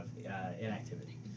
inactivity